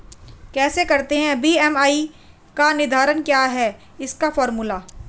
कैसे करते हैं बी.एम.आई का निर्धारण क्या है इसका फॉर्मूला?